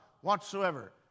whatsoever